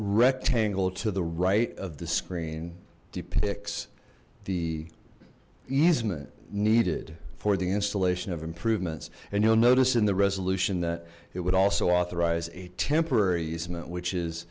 rectangle to the right of the screen depicts the easement needed for the installation of improvements and you'll notice in the resolution that it would also authorize a temporary